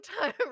time